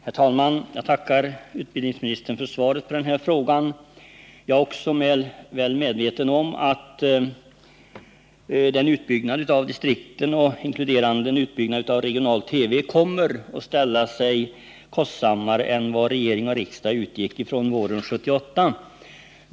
Herr talman! Jag tackar utbildningsministern för svaret på min fråga. Också jag är väl medveten om att en utbyggnad av distrikten, inkluderande en utbyggnad av regional-TV, kommer att ställa sig kostsammare än vad regering och riksdag utgick från våren 1978.